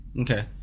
Okay